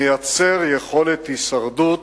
המייצר יכולת הישרדות,